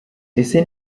ese